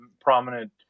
prominent